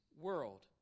world